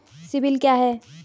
CIBIL क्या है?